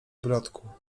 bratku